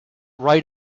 right